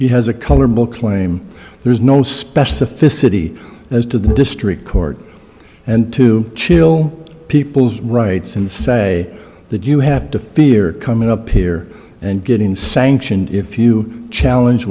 he has a colorable claim there's no specificity as to the district court and to chill people's rights and say that you have to fear coming up here and getting sanctioned if you challenge